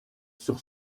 sur